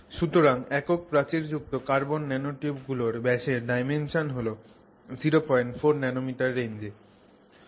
সুতরাং একক প্রাচীরযুক্ত কার্বন ন্যানোটিউব গুলোর ব্যাসের ডাইমেনশন হল 04 nanometer রেঞ্জে